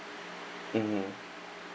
mmhmm